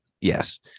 Yes